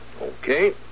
Okay